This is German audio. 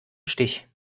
stich